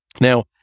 Now